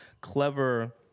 clever